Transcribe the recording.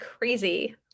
crazy